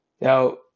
Now